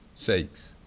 sakes